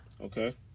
Okay